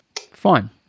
fine